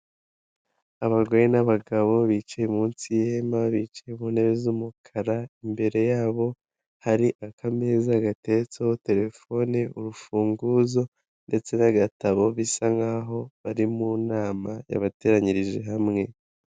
Abagore n'abagabo bicaye munsi y'ihema bicaye ku ntebe z'umukara, imbere yabo hari akamezaza gatetseho telefone, urufunguzo ndetse n'agatabo bisa nk'aho bari mu nama yabateranyirije hamwe.